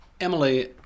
Emily